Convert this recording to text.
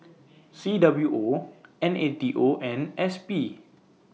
C W O N A T O and S P